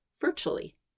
virtually